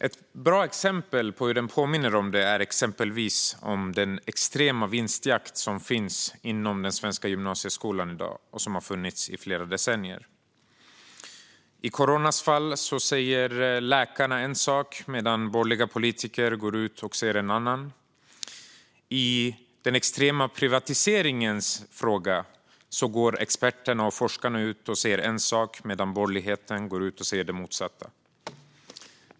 Ett bra exempel är den extrema vinstjakt som finns inom den svenska gymnasieskolan i dag och som har funnits i flera decennier: I fallet med corona säger läkarna en sak medan borgerliga politiker går ut och säger en annan, och i fallet med den extrema privatiseringen säger experterna och forskarna en sak medan borgerligheten går ut och säger det motsatta.